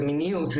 מיניות,